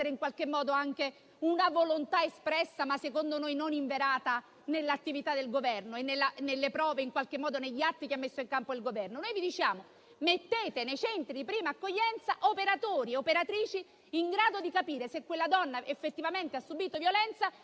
qualche modo, anche una volontà espressa, ma secondo noi non inverata, nell'attività del Governo e negli atti che ha messo in campo. Noi vi diciamo: mettete nei centri di prima accoglienza operatori e operatrici in grado di capire se quella donna effettivamente ha subito violenza,